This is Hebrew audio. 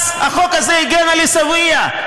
אז החוק הזה הגן על עיסאוויה,